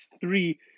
three